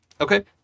Okay